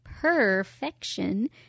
Perfection